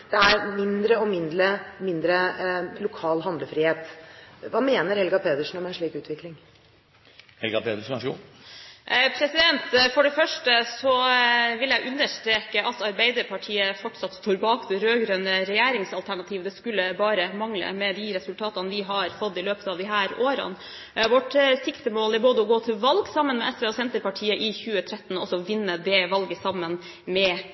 det er mindre og mindre lokal handlefrihet. Hva mener Helga Pedersen om en slik utvikling? For det første vil jeg understreke at Arbeiderpartiet fortsatt står bak det rød-grønne regjeringsalternativet – det skulle bare mangle, med de resultatene vi har fått til i løpet av disse årene. Vårt siktemål er å gå til valg sammen med SV og Senterpartiet i 2013 og vinne det valget sammen med